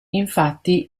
infatti